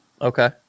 Okay